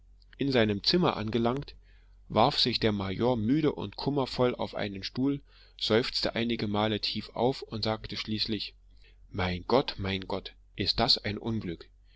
in seinem zimmer angelangt warf sich der major müde und kummervoll auf einen stuhl seufzte einige male tief auf und sagte schließlich mein gott mein gott ist das ein unglück